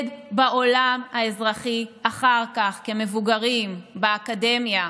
בעולם האזרחי אחר כך כמבוגרים באקדמיה,